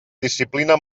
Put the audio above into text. disciplina